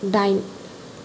दाइन